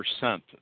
percent